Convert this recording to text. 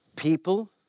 People